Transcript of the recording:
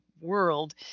world